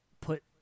put